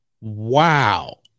Wow